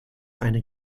eine